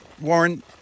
Warren